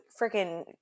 freaking –